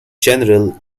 general